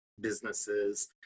businesses